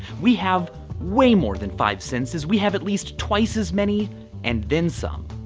we have way more than five senses, we have at least twice as many and then some.